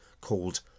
called